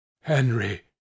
Henry